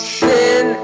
sin